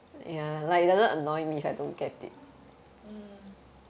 mm